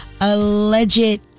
alleged